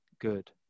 good